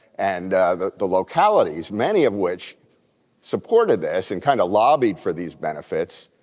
and the the localities many of which supported this and kind of lobbied for these benefits.